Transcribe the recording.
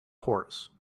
horse